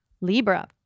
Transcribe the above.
Libra